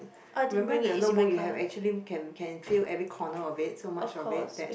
remember the notebook you have actually can can fill every corner of it so much of it that